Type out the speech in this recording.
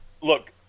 Look